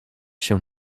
się